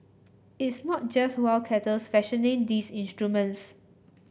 it's not just wildcatters fashioning these instruments